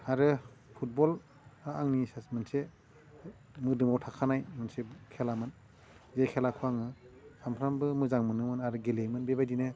आरो फुटबल आंनि मोनसे मोदोमाव थाखानाय मोनसे खेलामोन बे खेलाखौ आङो सामफ्रामबो मोजां मोनोमोन आरो गेलेयोमोन बेबायदिनो